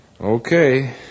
Okay